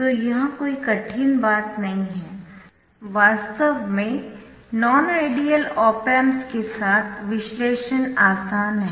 तो यह कोई कठिन बात नहीं है वास्तव में नॉन आइडियल ऑप एम्प्स के साथ विश्लेषण आसान है